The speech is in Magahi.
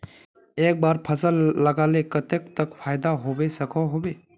एक बार फसल लगाले कतेक तक फायदा होबे सकोहो होबे?